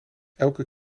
elke